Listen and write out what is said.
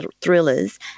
thrillers